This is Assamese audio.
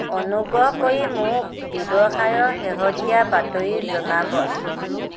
অনুগ্ৰহ কৰি মোক ব্যৱসায়ৰ শেহতীয়া বাতৰি জনাবা